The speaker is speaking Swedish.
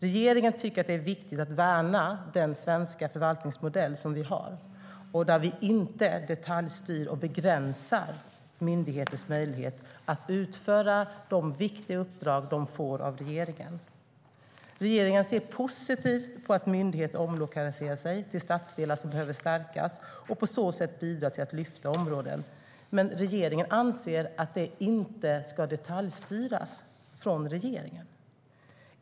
Regeringen tycker att det är viktigt att värna den svenska förvaltningsmodell som vi har. Vi detaljstyr inte och begränsar inte myndigheters möjlighet att utföra de viktiga uppdrag de får av regeringen. Regeringen ser positivt på att myndigheter omlokaliserar sig till stadsdelar som behöver stärkas och på så sätt bidrar till att lyfta områden. Men regeringen anser inte att det ska detaljstyras av regeringen.